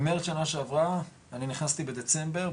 אני נכנסתי בדצמבר,